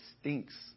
stinks